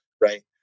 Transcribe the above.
Right